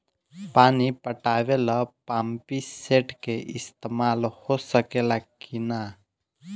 पानी पटावे ल पामपी सेट के ईसतमाल हो सकेला कि ना?